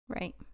Right